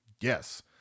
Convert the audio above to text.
yes